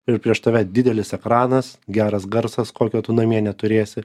ir prieš tave didelis ekranas geras garsas kokio tu namie neturėsi